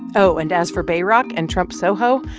oh, and as for bayrock and trump soho?